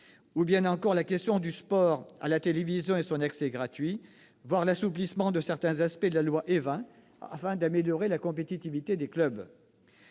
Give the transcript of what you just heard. approfondir la question du sport à la télévision et de son accès gratuit, voire réfléchir à l'assouplissement de certains aspects de la loi Évin, afin d'améliorer la compétitivité des clubs.